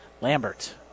Lambert